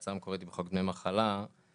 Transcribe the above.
ההצעה המקורית היא בחוק דמי מחלה אבל